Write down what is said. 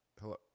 Hello